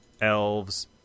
elves